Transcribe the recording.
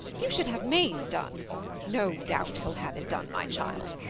you should have may's done no doubt he'll have it done, my child.